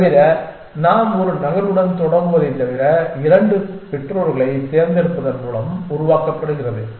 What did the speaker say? தவிர நாம் ஒரு நகர்வுடன் தொடங்குவதைத் தவிர 2 பெற்றோர்களைத் தேர்ந்தெடுப்பதன் மூலம் உருவாக்கப்படுகிறது